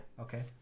Okay